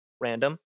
random